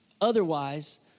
Otherwise